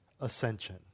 ascension